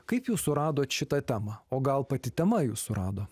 kaip jūs suradot šitą temą o gal pati tema jus surado